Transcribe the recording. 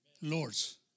lords